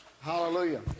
hallelujah